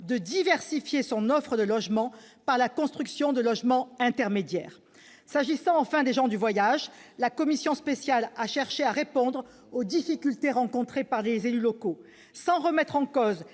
de diversifier leur offre de logements par la construction de logements intermédiaires. S'agissant, enfin, des gens du voyage, la commission spéciale a cherché à répondre aux difficultés rencontrées par les élus locaux. Sans remettre en cause